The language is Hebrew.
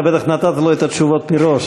אתה בטח נתת לו את התשובות מראש,